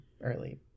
early